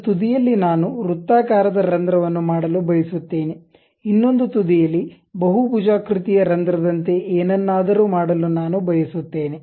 ಒಂದು ತುದಿಯಲ್ಲಿ ನಾನು ವೃತ್ತಾಕಾರದ ರಂಧ್ರವನ್ನು ಮಾಡಲು ಬಯಸುತ್ತೇನೆ ಇನ್ನೊಂದು ತುದಿಯಲ್ಲಿ ಬಹುಭುಜಾಕೃತಿಯ ರಂಧ್ರದಂತೆ ಏನನ್ನಾದರೂ ಮಾಡಲು ನಾನು ಬಯಸುತ್ತೇನೆ